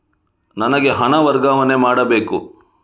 ನನಗೆ ಹಣ ವರ್ಗಾವಣೆ ಮಾಡಬೇಕು